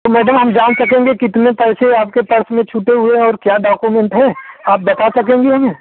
तो मैडम हम जान सकेंगे कितने पैसे आपके पर्स में छूटे हुए है और क्या डॉकोमेंट है आप बता सकेंगी हमें